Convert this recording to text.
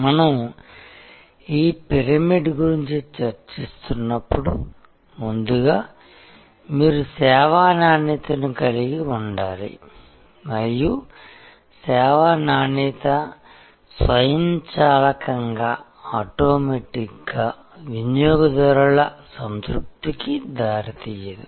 మనం ఈ పిరమిడ్ గురించి చర్చిస్తున్నప్పుడు ముందుగా మీరు సేవా నాణ్యతను కలిగి ఉండాలి మరియు సేవా నాణ్యత స్వయంచాలకంగాఆటోమేటిక్ గా వినియోగదారుల సంతృప్తికి దారితీయదు